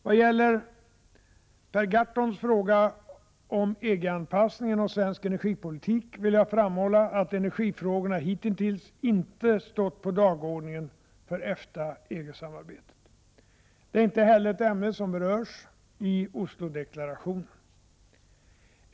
Vad gäller Per Gahrtons fråga om EG-anpassningen och svensk energipolitik vill jag framhålla att energifrågorna hitintills inte stått på dagordningen för EFTA/EG-samarbetet. Det är inte heller ett ämne som berörs i Oslodeklarationen.